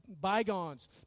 bygones